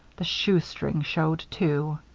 the shoestring showed, too.